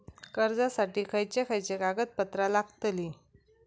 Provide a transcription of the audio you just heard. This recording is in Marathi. कर्जासाठी खयचे खयचे कागदपत्रा लागतली?